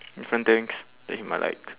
different things that he might like